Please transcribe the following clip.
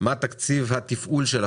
אני רוצה להבין מה תקציב התפעול שלכם